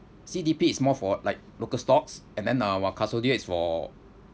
C_D_P is more for like local stocks and then uh while custodial is for